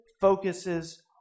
focuses